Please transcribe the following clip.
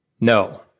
No